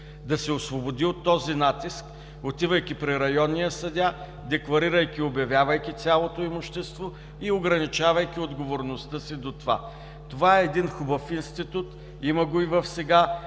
да се освободи от този натиск, отивайки при районния съдия, декларирайки, обявявайки цялото имущество и ограничавайки отговорността си до това. Това е един хубав институт. Има го и в сега